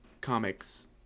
comics